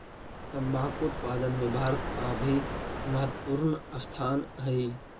तंबाकू उत्पादन में भारत का भी महत्वपूर्ण स्थान हई